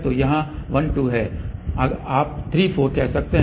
तो यहां 1 2 है आप 3 4 कह सकते हैं